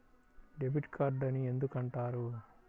Debit card అని ఎందుకు అంటారు?